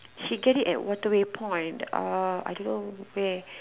she get it at Waterway point uh I don't know where